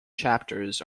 chapters